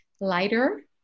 lighter